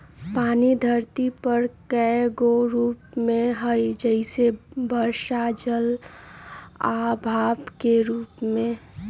पानी धरती पर कए गो रूप में हई जइसे बरफ जल आ भाप के रूप में